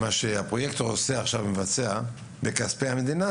מה שהפרויקטור מבצע עכשיו עם כספי המדינה